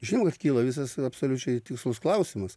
žinoma kad kyla visas absoliučiai tikslus klausimas